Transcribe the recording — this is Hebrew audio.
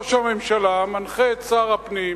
ראש הממשלה מנחה את שר הפנים,